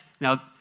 Now